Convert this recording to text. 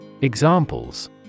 Examples